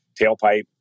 tailpipe